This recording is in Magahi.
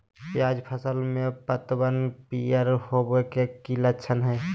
प्याज फसल में पतबन पियर होवे के की लक्षण हय?